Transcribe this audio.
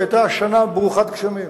כי היתה שנה ברוכת גשמים.